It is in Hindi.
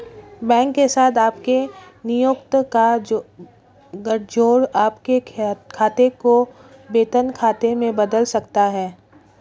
बैंक के साथ आपके नियोक्ता का गठजोड़ आपके खाते को वेतन खाते में बदल सकता है